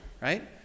right